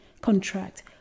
contract